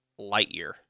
Lightyear